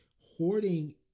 hoarding